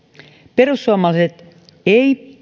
perussuomalaiset